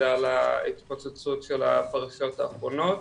בגלל ההתפוצצות של החדשות האחרונות,